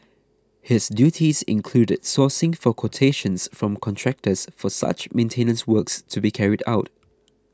his duties included sourcing for quotations from contractors for such maintenance works to be carried out